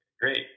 Great